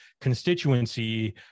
constituency